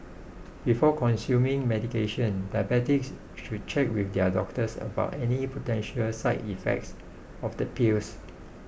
before consuming medication diabetics should check with their doctors about any potential side effects of the pills